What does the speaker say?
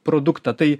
produktą tai